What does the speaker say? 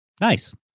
Nice